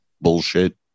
bullshit